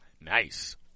Nice